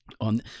on